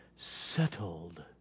Settled